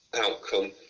outcome